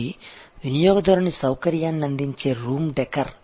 ఇది వినియోగదారుని సౌకర్యాన్ని అందించే రూమ్ డెకర్